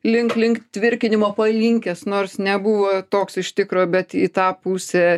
link link tvirkinimo palinkęs nors nebuvo toks iš tikro bet į tą pusę